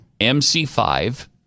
MC5